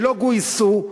שלא גויסו,